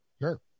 Sure